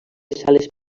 sales